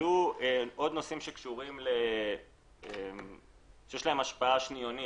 עלו עוד נושאים שיש להם השפעה שניונית,